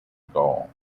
gaul